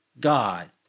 God